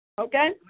Okay